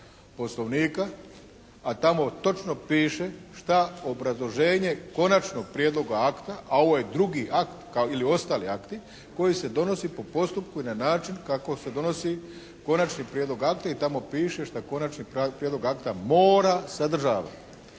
a tamo točno piše šta obrazloženje konačnog prijedloga akta, a ovo je drugi akt, ili ostali akti koji se donosi po postupku i na način kako se donosi konačni prijedlog akta i tamo piše šta konačni prijedlog akta mora sadržavati.